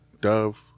dove